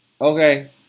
Okay